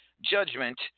Judgment